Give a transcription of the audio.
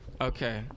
Okay